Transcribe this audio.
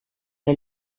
der